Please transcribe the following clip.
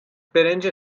برنج